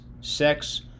sex